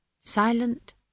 silent